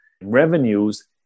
revenues